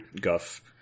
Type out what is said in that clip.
guff